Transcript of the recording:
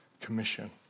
commission